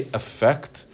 affect